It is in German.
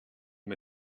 mir